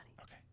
okay